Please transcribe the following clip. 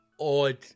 odd